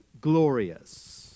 glorious